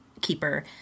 keeper